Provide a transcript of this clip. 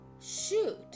shoot